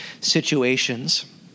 situations